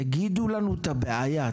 תגידו לנו את הבעיה,